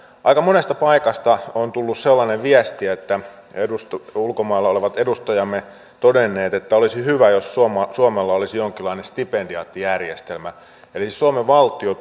aika monesta paikasta on tullut sellainen viesti että ulkomailla olevat edustajamme ovat todenneet olisi hyvä jos suomella olisi jonkinlainen stipendiaattijärjestelmä eli suomen valtio